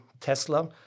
Tesla